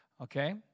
Okay